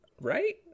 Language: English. right